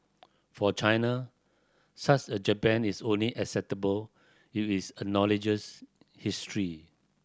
for China such a Japan is only acceptable if is acknowledges history